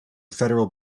federal